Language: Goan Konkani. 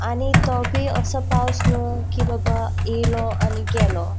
आनी तो बी असो पावस न्हू की बाबा येलो आनी गेलो